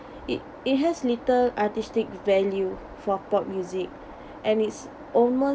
it it has little artistic value for pop music and it's almo~